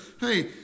Hey